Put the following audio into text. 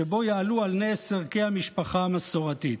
שבו יעלו על נס ערכי המשפחה המסורתית.